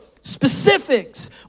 specifics